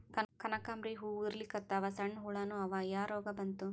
ಕನಕಾಂಬ್ರಿ ಹೂ ಉದ್ರಲಿಕತ್ತಾವ, ಸಣ್ಣ ಹುಳಾನೂ ಅವಾ, ಯಾ ರೋಗಾ ಬಂತು?